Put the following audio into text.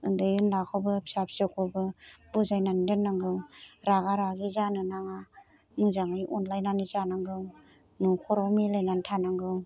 उन्दै उनलाखौबो फिसा फिसौखौबो बुजायनानै दोननांगौ रागा रागि जानो नाङा मोजाङै अनलायनानै जानांगौ न'खराव मिलायनानै थानांगौ